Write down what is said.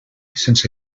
sense